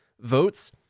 votes